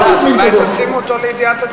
אולי תשימו אותו לידיעת הציבור?